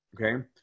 okay